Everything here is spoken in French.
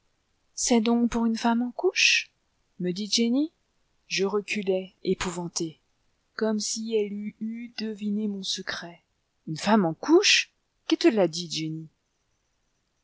c'est donc pour une femme en couches me dit jenny je reculai épouvanté comme si elle eût eu deviné mon secret une femme en couches qui te l'a dit jenny